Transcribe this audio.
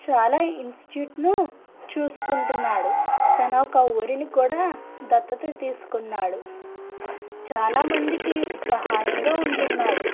చాలా ఇన్స్టిట్యూట్ను చూసుకుంటున్నాడు తను ఒక ఊరిని కూడా దత్తత తీసుకున్నాడు చాలామందికి సహాయంగా ఉంటున్నాడు